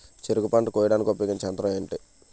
చెరుకు పంట కోయడానికి ఉపయోగించే యంత్రం ఎంటి?